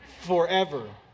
forever